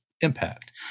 impact